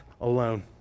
alone